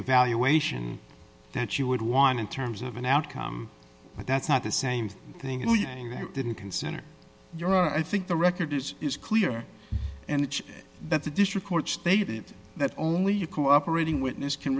evaluation that you would want in terms of an outcome but that's not the same thing if you didn't consider your i think the record is clear and that the district court stated that only you cooperating witness can